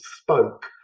Spoke